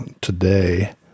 today